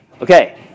Okay